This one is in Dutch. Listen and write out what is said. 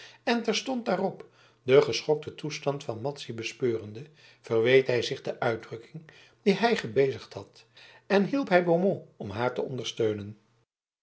en terstond daarop den geschokten toestand van madzy bespeurende verweet hij zich de uitdrukking die hij gebezigd had en hielp hij beaumont om haar te ondersteunen